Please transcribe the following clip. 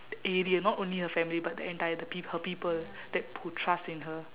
area ya not only her family but the entire the her people that who trust in her